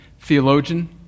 theologian